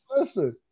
Listen